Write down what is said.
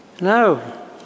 No